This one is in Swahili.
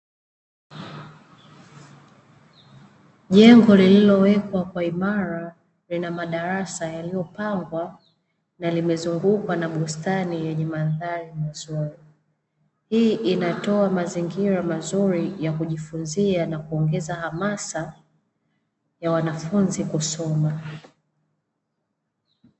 Jengo lililowekwa kwa imara, lina madarasa yaliyopangwa na limezungukwa na bustani yenye mandhari mazuri. Hii inatoa mazingira mazuri ya kujifunzia na kuongeza hamasa ya wanafunzi kusoma.